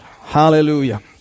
Hallelujah